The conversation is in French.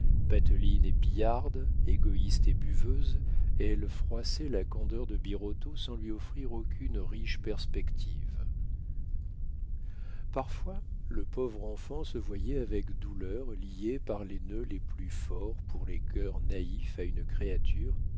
pateline et pillarde égoïste et buveuse elle froissait la candeur de birotteau sans lui offrir aucune riche perspective parfois le pauvre enfant se voyait avec douleur lié par les nœuds les plus forts pour les cœurs naïfs à une créature